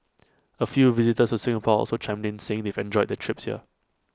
A few visitors to Singapore also chimed in saying they've enjoyed their trips here